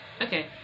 okay